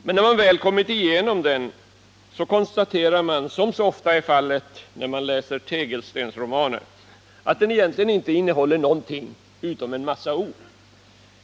Men när man väl kommit igenom den konstaterar man — som så ofta är fallet när man läser tegelstensromaner — att den egentligen inte innehåller någonting utom en massa ord.